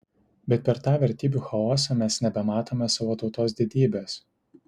bet per tą vertybių chaosą mes nebematome savo tautos didybės